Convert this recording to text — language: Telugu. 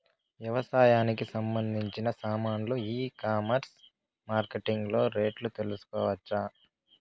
వ్యవసాయానికి సంబంధించిన సామాన్లు ఈ కామర్స్ మార్కెటింగ్ లో రేట్లు తెలుసుకోవచ్చా?